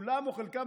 כולם או חלקם,